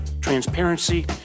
transparency